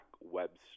Webster